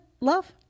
love